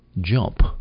jump